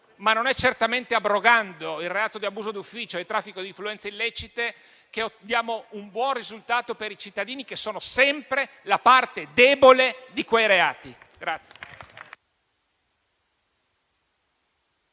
Ma non è certamente abrogando i reati di abuso d'ufficio e di traffico di influenze illecite che diamo un buon risultato per i cittadini, che sono sempre la parte debole di quei reati.